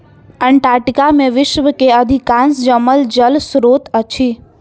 Antarctica में विश्व के अधिकांश जमल जल स्त्रोत अछि